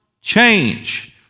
change